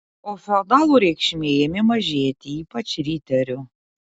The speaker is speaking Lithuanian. o feodalų reikšmė ėmė mažėti ypač riterių